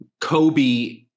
Kobe